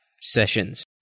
sessions